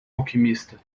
alquimista